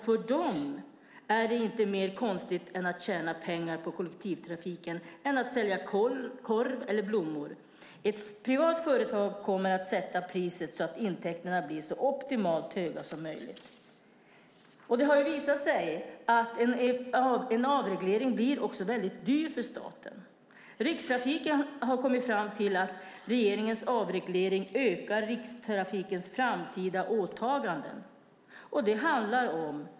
För dem är det inte konstigare att tjäna pengar på kollektivtrafik än att sälja korv eller blommor. Ett privat företag kommer att sätta priset så att intäkterna blir så optimalt höga som möjligt. Det har visat sig att en avreglering blir väldigt dyr för staten. Rikstrafiken har kommit fram till att regeringens avreglering ökar Rikstrafikens framtida åtaganden.